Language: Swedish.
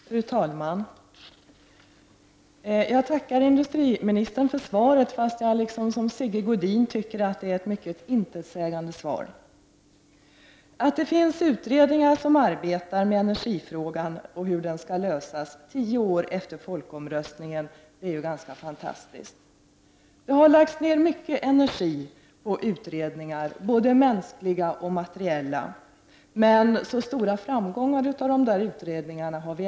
Fru talman! Jag tackar industriministern för svaret, fast jag tycker — liksom Sigge Godin — att det är ett mycket intetsägande svar. Det är ju ganska fantastiskt att det finns utredningar som arbetar med hur energifrågan skall lösas ännu tio år efter folkomröstningen. Det har lagts ned mycket energi på utredningar, både mänsklig och materiell, men några stora framgångar har vi hittills inte sett.